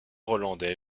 hollandais